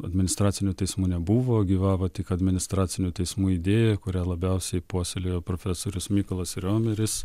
administracinių teismų nebuvo gyvavo tik administracinių teismų idėja kurią labiausiai puoselėjo profesorius mykolas riomeris